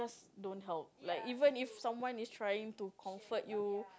don't help like even if someone is trying to comfort you